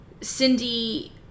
Cindy